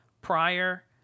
prior